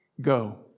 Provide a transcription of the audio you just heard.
go